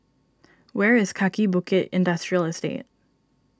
where is Kaki Bukit Industrial Estate